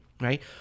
right